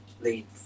lead